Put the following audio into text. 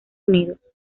unidos